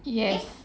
yes